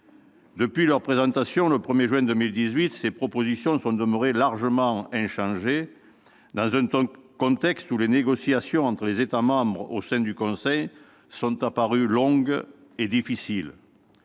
Depuis leur présentation, le 1 juin 2018, ces propositions sont demeurées largement inchangées, dans un contexte où les négociations entre les États membres au sein du Conseil sont apparues longues et difficiles.